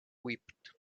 wept